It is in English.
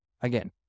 Again